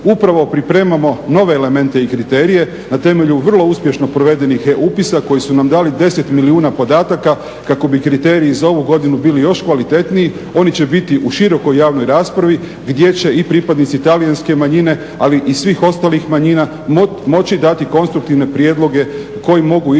Upravo pripremamo nove elemente i kriterije na temelju vrlo uspješno provedenih e upisa koji su nam dali deset milijuna podataka kako bi kriteriji za ovu godinu bili još kvalitetniji, oni će biti u širokoj javnoj raspravi gdje će i pripadnici talijanske manjine ali i svih ostalih manjina moći dati konstruktivne prijedloge koji mogu ići